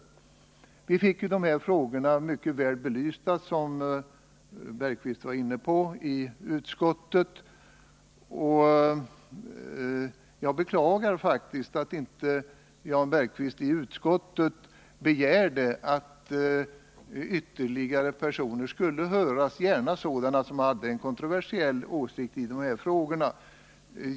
Som Jan Bergqvist var inne på fick vi dessa frågor mycket väl belysta i utskottet. Jag beklagar faktiskt att Jan Bergqvist inte i utskottet begärde att ytterligare personer skulle höras, gärna sådana som hade en kontroversiell åsikt i dessa frågor.